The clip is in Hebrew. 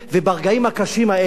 וברגעים הקשים האלה,